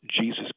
Jesus